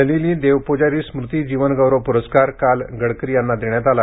नलिनी देवपुजारी स्मृती जीवनगौरव पुरस्कार काल नितीन गडकरी यांना देण्यात आला